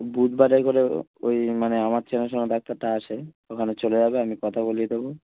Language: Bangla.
বুধবারে গেলে ওই মানে আমার চেনাশোনা ডাক্তারটা আসে ওখানে চলে যাবে আমি কথা বলিয়ে দেবো